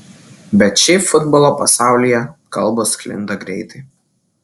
bet šiaip futbolo pasaulyje kalbos sklinda greitai